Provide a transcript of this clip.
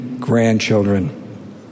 grandchildren